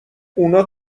اونا